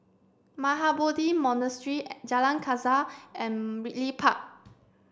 Mahabodhi Monastery Jalan Kasau and Ridley Park